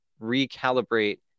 recalibrate